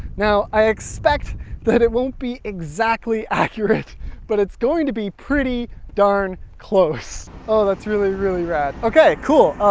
now i expect that it won't be exactly accurate but it's going to be pretty darn close. close. oh that's really really rad! okay, cool.